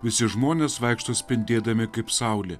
visi žmonės vaikšto spindėdami kaip saulė